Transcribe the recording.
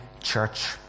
church